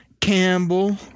Campbell